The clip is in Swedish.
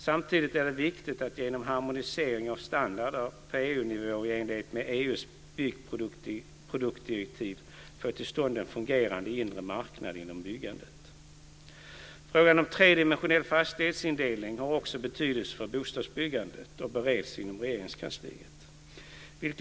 Samtidigt är det viktigt att genom harmonisering av standarder på EU-nivå i enlighet med EU:s byggproduktdirektiv få till stånd en fungerande inre marknad inom byggandet. Frågan om tredimensionell fastighetsindelning har också betydelse för bostadsbyggandet och bereds inom Regeringskansliet.